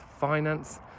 finance